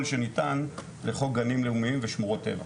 שניתן לחוק גנים לאומיים ושמורות טבע.